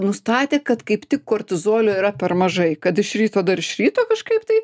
nustatė kad kaip tik kortizolio yra per mažai kad iš ryto dar iš ryto kažkaip tai